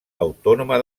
autònoma